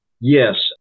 Yes